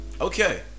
Okay